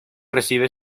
recibe